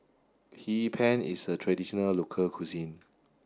Hee Pan is a traditional local cuisine